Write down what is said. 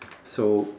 so